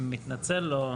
מתנצל, לא.